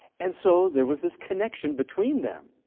and so there was this connection between them.